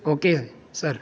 okay sir